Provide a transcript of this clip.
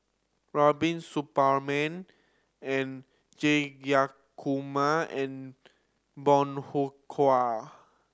Rubiah Suparman and Jayakumar and Bong Hiong Hwa